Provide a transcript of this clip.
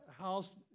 house